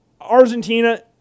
Argentina